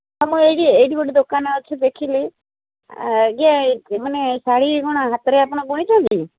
ଆମ ଏଇଠି ଏଇଠି ଗୋଟେ ଦୋକାନ ଅଛି ଦେଖିଲି ଆଜ୍ଞା ଏ ମାନେ ଶାଢ଼ୀ କ'ଣ ହାତରେ ଆପଣ ବୁଣିଛନ୍ତି